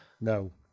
No